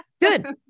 Good